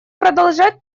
продолжать